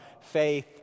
faith